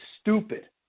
stupid